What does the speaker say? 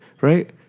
Right